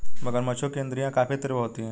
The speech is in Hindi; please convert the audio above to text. मगरमच्छों की इंद्रियाँ काफी तीव्र होती हैं